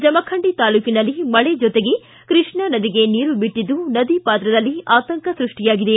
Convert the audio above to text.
ಜಮಖಂಡಿ ತಾಲೂಕಿನಲ್ಲಿ ಮಳೆ ಜೊತೆಗೆ ಕೃಷ್ಣಾ ನದಿಗೆ ನೀರು ಬಿಟ್ಟಿದ್ದು ನದಿ ಪಾತ್ರದಲ್ಲಿ ಆತಂಕ ಸೃಷ್ಟಿಯಾಗಿದೆ